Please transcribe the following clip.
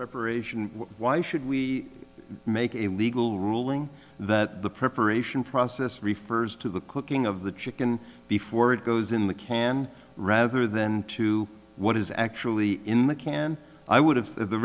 reparation why should we make it legal ruling that the preparation process refers to the cooking of the chicken before it goes in the can rather than to what is actually in the can i would have the